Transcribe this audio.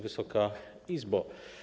Wysoka Izbo!